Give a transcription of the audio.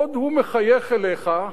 עוד הוא מחייך אליך,